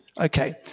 okay